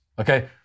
okay